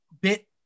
bit